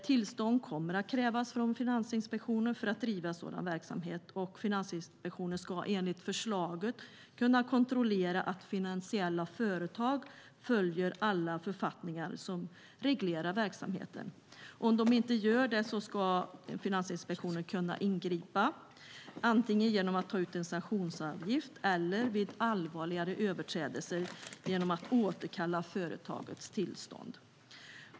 Tillstånd kommer att krävas från Finansinspektionen för att driva sådan verksamhet, och Finansinspektionen ska enligt förslaget kunna kontrollera att finansiella företag följer alla författningar som reglerar verksamheten. Om de inte gör det ska Finansinspektionen kunna ingripa, antingen genom att ta ut en sanktionsavgift eller, vid allvarligare överträdelser, genom att återkalla företagets tillstånd.